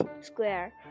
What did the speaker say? square